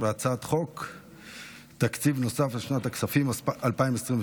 והצעת חוק תקציב נוסף לשנת הכספים 2023,